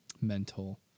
mental